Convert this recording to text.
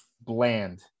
bland